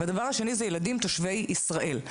והשני ילדים תושבי ישראל.